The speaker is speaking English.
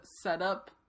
setup